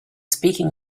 speaking